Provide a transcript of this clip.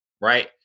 right